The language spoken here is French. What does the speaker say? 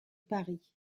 paris